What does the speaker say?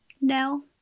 no